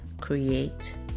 create